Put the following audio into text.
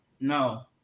No